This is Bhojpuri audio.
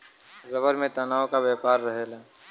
रबर में तनाव क व्यवहार रहेला